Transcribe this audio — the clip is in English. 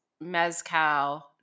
mezcal